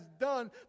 done